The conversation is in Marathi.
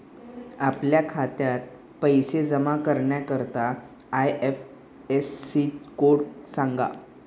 आपल्या खात्यात पैसे जमा करण्याकरता आय.एफ.एस.सी कोड सांगा